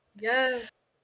Yes